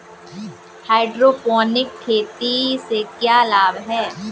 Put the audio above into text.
Hydroponic खेती से क्या लाभ हैं?